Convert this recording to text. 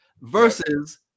versus